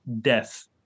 death